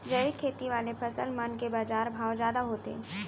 जैविक खेती वाले फसल मन के बाजार भाव जादा होथे